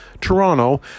Toronto